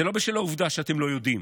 זה לא בשל העובדה שאתם לא יודעים,